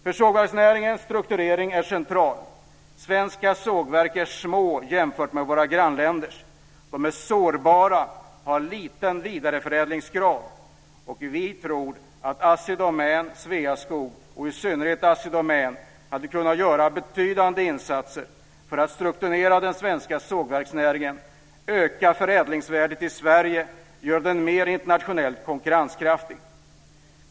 För sågverksnäringen är struktureringen central. Svenska sågverk är små jämfört med våra grannländers. De är sårbara, har en liten vidareförädlingsgrad. Vi tror att Assi Domän och Sveaskog, i synnerhet Assi Domän, hade kunnat göra betydande insatser för att strukturera den svenska sågverksnäringen, öka förädlingsvärdet i Sverige och göra den mer internationellt konkurrenskraftig.